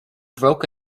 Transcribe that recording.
broke